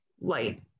light